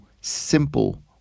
simple